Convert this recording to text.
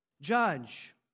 judge